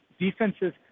defenses